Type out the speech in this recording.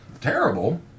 Terrible